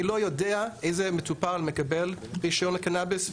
אני לא יודע איזה מטופל מקבל רשיון לקנביס,